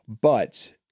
but-